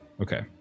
okay